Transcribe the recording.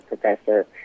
professor